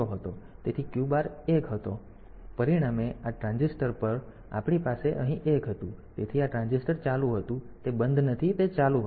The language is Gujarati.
તેથી Q બાર 1 ની બરાબર હતો પરિણામે આ ટ્રાંઝિસ્ટર પર આપણી પાસે અહીં 1 હતું તેથી આ ટ્રાન્ઝિસ્ટર ચાલુ હતું તેથી તે બંધ નથી તે ચાલુ હતું